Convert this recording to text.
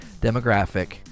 demographic